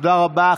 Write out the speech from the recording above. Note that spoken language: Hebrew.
תודה רבה.